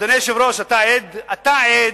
אדוני היושב-ראש, אתה עד, אתה עד,